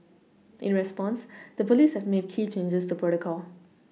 in response the police have made key changes to protocol